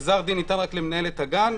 גזר דין ניתן רק למנהלת הגן.